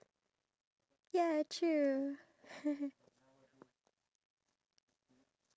the iphone so on they've got their tablets with them wherever they go